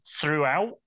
throughout